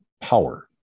Power